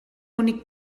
únic